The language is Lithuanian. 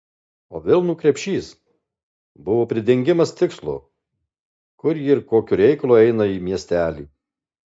o vilnų krepšys buvo pridengimas tikslo kur ji ir kokiu reikalu eina į miestelį